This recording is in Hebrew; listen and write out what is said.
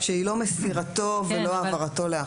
שהיא לא מסירתו ולא העברתו לאחר.